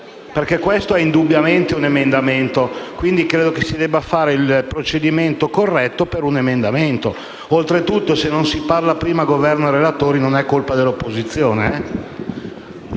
Questo è indubbiamente un emendamento, quindi credo che si debba fare il procedimento corretto per un emendamento. Oltre tutto, se non si parlano prima il Governo e i relatori, non è colpa dell'opposizione.